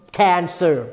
cancer